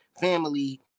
family